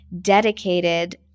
dedicated